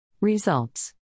Results